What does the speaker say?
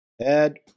add